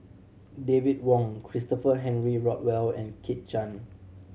David Wong Christopher Henry Rothwell and Kit Chan